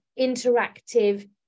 interactive